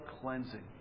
cleansing